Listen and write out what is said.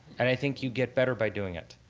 and i think you get better by doing it.